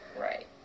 Right